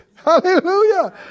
Hallelujah